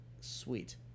Sweet